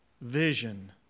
vision